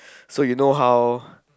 so you know how